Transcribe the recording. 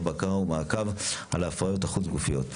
בקרה ומעקב על ההפריות החוץ גופיות.